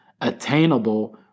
Attainable